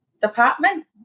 department